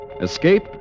Escape